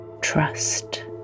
Trust